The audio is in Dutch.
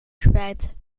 kwijt